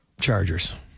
Chargers